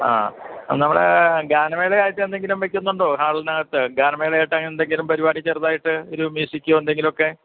ആ നമ്മുടെ ഗാനമേളയായിട്ട് എന്തെങ്കിലും വയ്ക്കുന്നുണ്ടോ ഹാളിനകത്ത് ഗാനമേളയായിട്ട് അങ്ങനെന്തെങ്കിലും പരിപാടി ചെറുതായിട്ട് ഒരു മ്യൂസിക്കോ എന്തെങ്കിലുമൊക്കെ